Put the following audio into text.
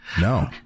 No